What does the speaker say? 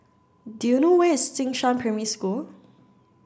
do you know where is Jing Shan Primary School